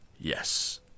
Yes